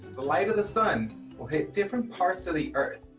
the light of the sun will hit different parts of the earth